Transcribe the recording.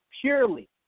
purely